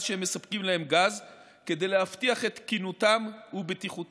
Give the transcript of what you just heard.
שהם מספקים להם גז כדי להבטיח את תקינותם ובטיחותם.